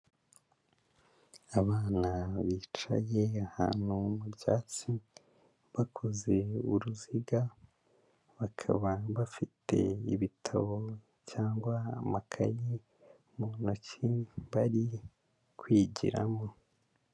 Abana bicaye ahantu mu byatsi, bakoze uruziga, bakaba bafite ibitabo cyangwa amakayi mu ntoki bari kwigiramo.